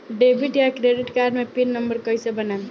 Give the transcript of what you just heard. Debit या credit card मे pin number कैसे बनाएम?